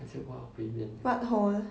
what hole